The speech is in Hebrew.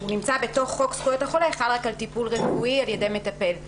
שנמצא בחוק זכויות החולה חל רק על טיפול רפואי על ידי מטפל.